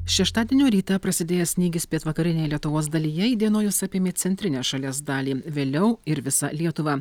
šeštadienio rytą prasidėjęs snygis pietvakarinėje lietuvos dalyje įdienojus apėmė centrinę šalies dalį vėliau ir visą lietuvą